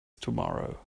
tomorrow